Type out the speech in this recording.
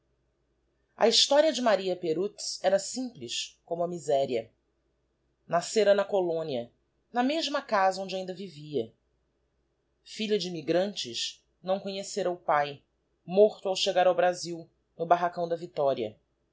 a historia de maria perutz era simples como a miséria nascera na colónia na mesma casa onde ainda vivia filha de immigrantes não conhecera o pae morto ao chegar ao brasil no barracão da victoria